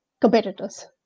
competitors